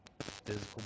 physical